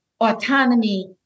autonomy